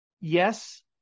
yes